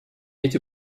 эти